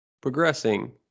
progressing